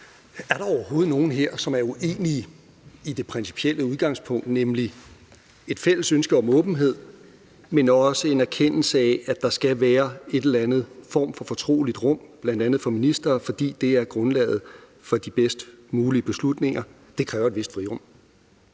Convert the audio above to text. om der overhovedet er nogen her, som er uenige i det principielle udgangspunkt, nemlig et fælles ønske om åbenhed, men også en erkendelse af, at der skal være en eller anden form for fortroligt rum, bl.a. for ministre, fordi det er grundlaget for de bedst mulige beslutninger, der kræver et vist frirum.